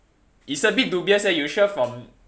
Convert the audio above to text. it's a bit dubious eh you sure from